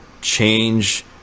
change